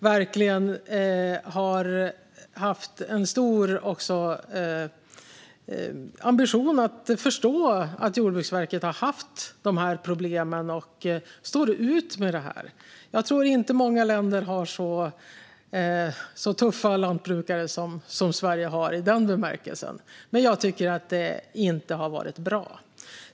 De har haft en stor ambition att förstå att Jordbruksverket har haft de här problemen, och de står ut med det. Jag tror inte att många länder har så tuffa lantbrukare som Sverige har i den bemärkelsen. Men det har inte varit bra.